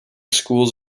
schools